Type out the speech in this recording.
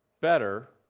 better